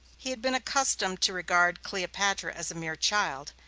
he had been accustomed to regard cleopatra as a mere child.